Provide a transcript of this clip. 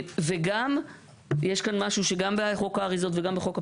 וגם יש כאן משהו שגם בחוק האריזות וגם בחוק הפיקדון,